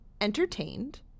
entertained